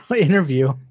interview